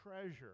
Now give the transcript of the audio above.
treasure